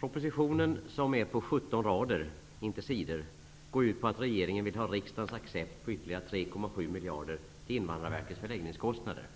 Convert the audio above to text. Propositionen som är på 17 rader -- inte sidor -- går ut på att regeringen vill ha riksdagens accept på ytterligare 3,7 miljarder till Invandrarverkets förläggningskostnader.